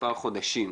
מספר חודשים.